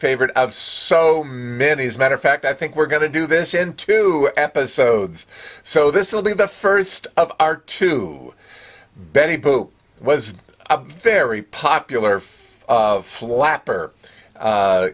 favorite of so many as a matter of fact i think we're going to do this in two episodes so this will be the first of our two betty boop was a very popular flapper